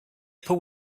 upper